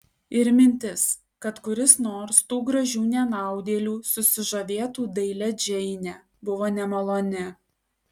ir mintis kad kuris nors tų gražių nenaudėlių susižavėtų dailia džeine buvo nemaloni